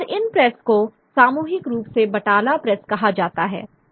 और इन प्रेस को सामूहिक रूप से बैटाला प्रेस कहा जाता है